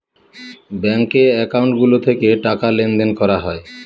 ব্যাঙ্কে একাউন্ট গুলো থেকে টাকা লেনদেন করা হয়